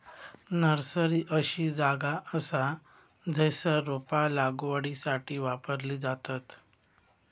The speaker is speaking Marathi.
नर्सरी अशी जागा असा जयसर रोपा लागवडीसाठी वापरली जातत